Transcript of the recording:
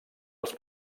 els